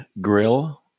grill